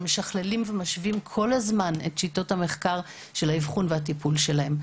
ומשווים כל הזמן את שיטות המחקר של האבחון והטיפול שלהם.